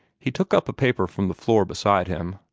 he took up a paper from the floor beside him,